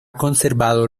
conservado